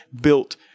built